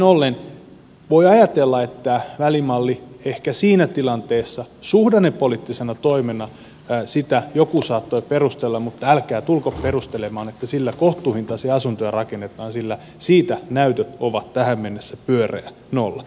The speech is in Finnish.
eli voi ajatella että välimallia ehkä siinä tilanteessa suhdannepoliittisena toimena joku saattoi perustella mutta älkää tulko perustelemaan että sillä kohtuuhintaisia asuntoja rakennetaan sillä siitä näytöt ovat tähän mennessä pyöreä nolla